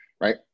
right